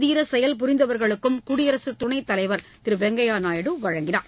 தீர செயல்கள் புரிந்தவர்களுக்கும் குடியரசுத் துணைத் தலைவர் திரு வெங்கையா நாயுடு வழங்கினார்